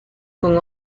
con